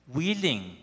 willing